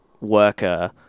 worker